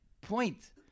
point